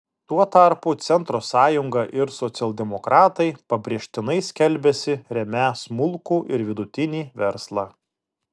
tuo tarpu centro sąjunga ir socialdemokratai pabrėžtinai skelbiasi remią smulkų ir vidutinį verslą